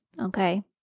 Okay